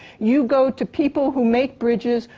you go to people who make bridges,